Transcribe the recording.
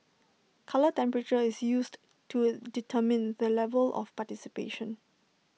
colour temperature is used to determine the level of participation